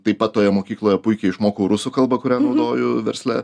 taip pat toje mokykloje puikiai išmokau rusų kalbą kurią naudoju versle